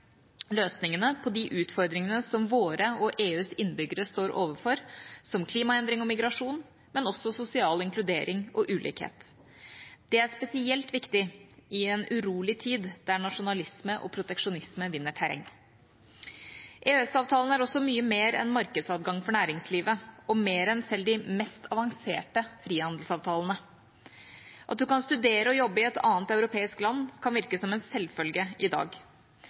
løsningene på de utfordringene som våre og EUs innbyggere står overfor, som klimaendring og migrasjon, men også sosial inkludering og ulikhet. Det er spesielt viktig i en urolig tid der nasjonalisme og proteksjonisme vinner terreng. EØS-avtalen er også mye mer enn markedsadgang for næringslivet og mer enn selv de mest avanserte frihandelsavtalene. At man kan studere og jobbe i et annet europeisk land, kan virke som en selvfølge i dag.